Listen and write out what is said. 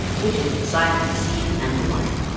which is the side with the seam, and the wire.